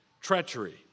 treachery